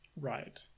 Right